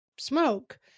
Smoke